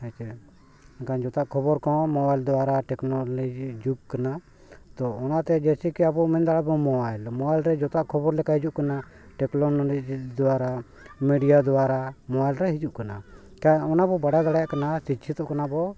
ᱦᱮᱸ ᱥᱮ ᱡᱚᱛᱚ ᱠᱷᱚᱵᱚᱨ ᱠᱚᱦᱚᱸ ᱢᱳᱵᱟᱭᱤᱞ ᱫᱟᱨᱟ ᱴᱮᱠᱱᱳᱞᱚᱡᱤ ᱡᱩᱜᱽ ᱠᱟᱱᱟ ᱛᱚ ᱚᱱᱟᱛᱮ ᱡᱮᱥᱮᱠᱮ ᱟᱵᱚ ᱢᱮᱱ ᱫᱟᱲᱮ ᱟᱵᱚ ᱢᱳᱵᱟᱭᱤᱞ ᱢᱳᱵᱟᱭᱤᱞ ᱨᱮ ᱡᱚᱛᱚ ᱠᱷᱚᱵᱚᱨ ᱞᱮᱠᱟ ᱦᱤᱡᱩᱜ ᱠᱟᱱᱟ ᱴᱮᱠᱱᱳᱞᱚᱡᱤ ᱫᱟᱨᱟ ᱢᱤᱰᱤᱭᱟ ᱫᱟᱨᱟ ᱢᱳᱵᱟᱭᱤᱞ ᱨᱮ ᱦᱤᱡᱩᱜ ᱠᱟᱱᱟ ᱚᱱᱟ ᱵᱚ ᱵᱟᱰᱟᱭ ᱫᱟᱲᱮᱭᱟᱜ ᱠᱟᱱᱟ ᱥᱤᱪᱪᱤᱛᱚᱜ ᱠᱟᱱᱟ ᱵᱚ